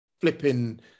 flipping